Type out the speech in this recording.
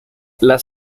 las